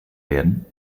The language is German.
werden